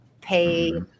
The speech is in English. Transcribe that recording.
pay